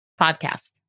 Podcast